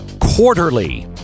quarterly